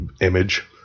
image